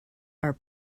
are